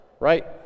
Right